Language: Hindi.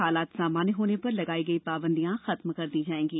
हालात सामान्य होने पर लगाई गई पाबंदिया खत्म कर दी जाएंगी